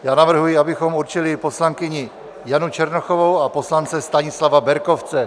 Já navrhuji, abychom určili poslankyni Janu Černochovou a poslance Stanislava Berkovce.